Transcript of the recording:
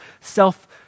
self